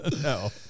No